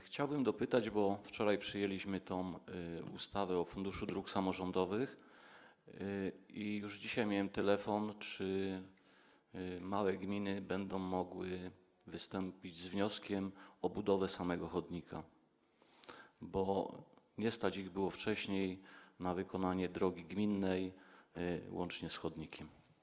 Chciałbym dopytać, bo wczoraj przyjęliśmy tę ustawę o Funduszu Dróg Samorządowych i już dzisiaj miałem telefon, pytanie, czy małe gminy będą mogły wystąpić z wnioskiem o budowę samego chodnika, bo nie stać ich było wcześniej na wykonanie drogi gminnej łącznie z chodnikiem.